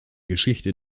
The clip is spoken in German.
geschichte